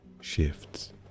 shifts